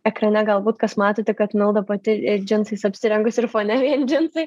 ekrane galbūt kas matote kad milda pati ir džinsais apsirengusi ir fone vien džinsai